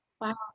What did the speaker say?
wow